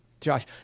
Josh